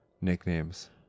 Nicknames